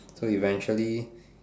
so eventually